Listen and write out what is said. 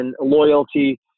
loyalty